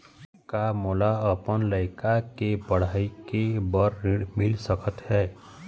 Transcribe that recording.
का मोला अपन लइका के पढ़ई के बर ऋण मिल सकत हे?